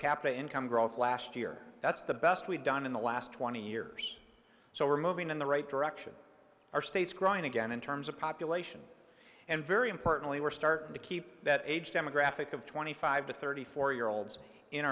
capita income growth last year that's the best we've done in the last twenty years so we're moving in the right direction our states growing again in terms of population and very importantly we're starting to keep that age demographic of twenty five to thirty four year olds in